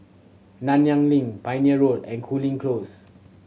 Nanyang Link Pioneer Road and Cooling Close